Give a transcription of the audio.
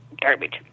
garbage